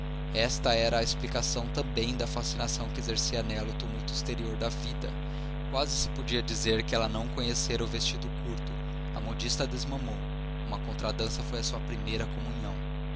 esta era a explicação também da fascinação que exercia nela o tumulto exterior da vida quase se pode dizer que ela não conhecera o vestido curto a modista a desmamou uma contradança foi a sua primeira comunhão